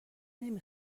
نمی